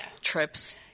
trips